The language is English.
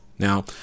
Now